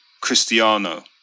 Cristiano